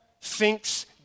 thinks